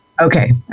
okay